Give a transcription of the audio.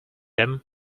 him